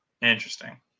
Interesting